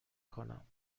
کنم